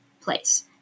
place